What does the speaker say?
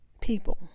people